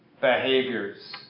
behaviors